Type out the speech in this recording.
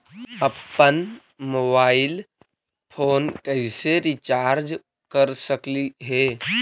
अप्पन mobile phone के कैसे रिचार्ज कर सकली हे?